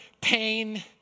pain